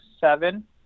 seven